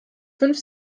fünf